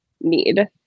need